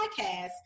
podcast